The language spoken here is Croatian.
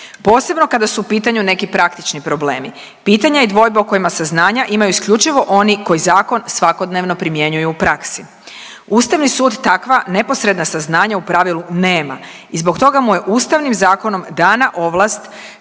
posebno kada su u pitanju neki praktični problemi. Pitanja i dvojbe o kojima saznanja imaju isključivo oni koji zakon svakodnevno primjenjuju u praksi. Ustavni sud takva neposredna saznanja u pravilu nema i zbog toga mu je Ustavnim zakonom dana ovlast